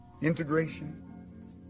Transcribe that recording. integration